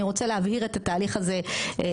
אני רוצה להבהיר את התהליך הזה בחוק.